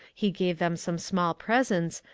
he gave them some small presents,